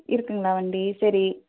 இருக்குதுங்களா வண்டி சரி